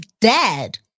dad